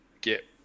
get